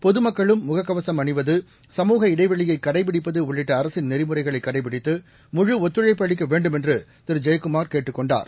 பொதுமக்களும் முகக்கவசம் அணிவது சமூக இடைவெளியை கடைபிடிப்பது உள்ளிட்ட அரசின் நெறிமுறைகளை கடைபிடித்து முழு ஒத்துழைப்பு அளிக்க வேண்டுமென்று திரு ஜெயக்குமா் கேட்டுக் கொண்டார்